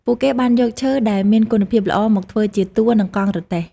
ពួកគេបានយកឈើដែលមានគុណភាពល្អមកធ្វើជាតួនិងកង់រទេះ។